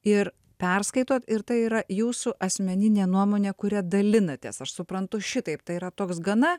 ir perskaitote ir tai yra jūsų asmeninė nuomonė kuria dalinatės aš suprantu šitaip tai yra toks gana